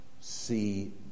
see